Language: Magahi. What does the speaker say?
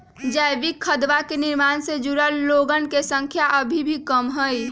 जैविक खदवा के निर्माण से जुड़ल लोगन के संख्या अभी भी कम हई